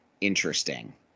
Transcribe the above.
interesting